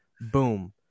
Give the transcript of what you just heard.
Boom